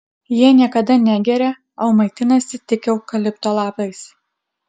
jie niekada negeria o maitinasi tik eukalipto lapais